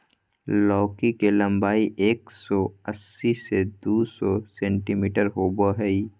लौकी के लम्बाई एक सो अस्सी से दू सो सेंटीमिटर होबा हइ